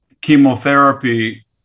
chemotherapy